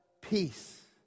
peace